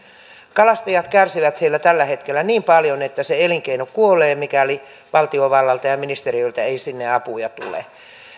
kalastajat kärsivät siellä tällä hetkellä niin paljon että se elinkeino kuolee mikäli valtiovallalta ja ja ministeriöltä ei sinne apuja tule